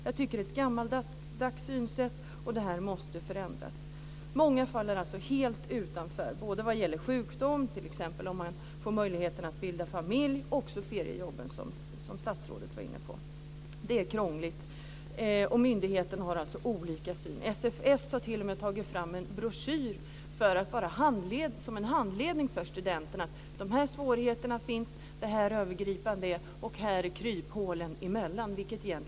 Det är ett gammaldags synsätt, och det måste förändras. Många faller helt utanför, både vad gäller sjukdom, vid möjligheten att bilda familj och när det gäller feriejobben - som statsrådet var inne på. Det är krångligt. Myndigheterna har olika syn på saken. SFS har t.o.m. tagit fram en broschyr som handledning för studenterna - dessa svårigheter finns, övergripande information och var kryphålen finns. Det är helt absurt.